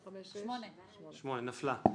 נפלה.